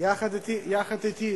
יחד אתי